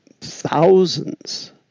thousands